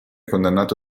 condannato